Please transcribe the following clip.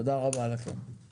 תודה רבה לכם.